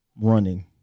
Running